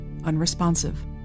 Unresponsive